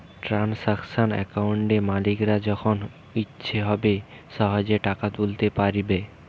transaction অ্যাকাউন্টে মালিকরা যখন ইচ্ছে হবে সহেজে টাকা তুলতে পাইরবে